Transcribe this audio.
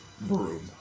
Broom